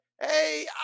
hey